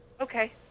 Okay